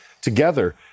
together